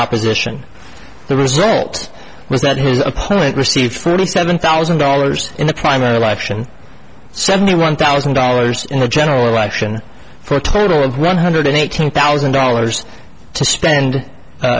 opposition the result was that his opponent received thirty seven thousand dollars in the primary lifeson seventy one thousand dollars in the general election for a total of one hundred eighteen thousand dollars to spend